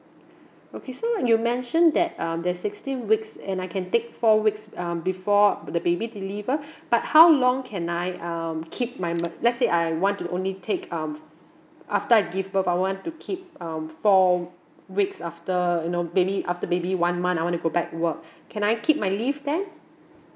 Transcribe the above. okay so when you mentioned that um there's sixteen weeks and I can take four weeks um before the baby deliver but how long can I um keep my mat~ let's say I want to only take um f~ after I give birth I want to keep um four weeks after you know maybe after maybe one month I wanna go back to work can I keep my leave then